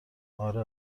اره